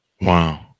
Wow